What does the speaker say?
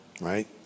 right